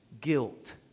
guilt